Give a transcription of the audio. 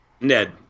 ned